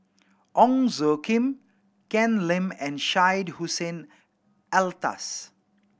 Ong Tjoe Kim Ken Lim and Syed Hussein Alatas